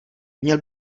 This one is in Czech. měl